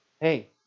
Hey